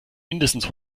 mindestens